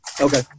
Okay